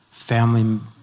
family